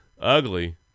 Ugly